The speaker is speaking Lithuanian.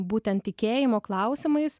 būtent tikėjimo klausimais